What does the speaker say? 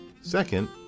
Second